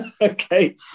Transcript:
Okay